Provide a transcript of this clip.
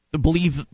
Believe